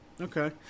Okay